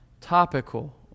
topical